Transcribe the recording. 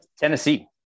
Tennessee